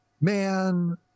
man